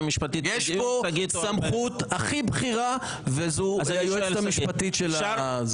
יש כאן את הסמכות הכי בכירה וזו היועצת המשפטית של הכנסת.